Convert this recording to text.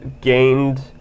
gained